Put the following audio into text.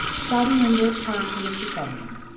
shouting in their turn for mr. sutherland,